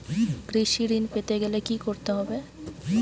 কৃষি ঋণ পেতে গেলে কি করতে হবে?